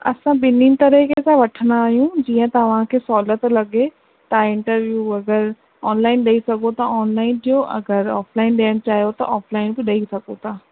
असां ॿिन्हिनि तरीक़े सां वठंदा आहियूं जीअं तव्हांखे सहूलियत लॻे तव्हां इंटरव्यू वग़ैरह ऑनलाइन ॾेई सघोथा ऑनलाइन ॾियो अगरि ऑफ़लाइन ॾियणु चाहियो था ऑफ़लाइन बि ॾेई सघो था